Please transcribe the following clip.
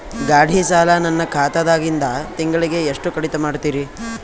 ಗಾಢಿ ಸಾಲ ನನ್ನ ಖಾತಾದಾಗಿಂದ ತಿಂಗಳಿಗೆ ಎಷ್ಟು ಕಡಿತ ಮಾಡ್ತಿರಿ?